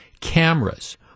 cameras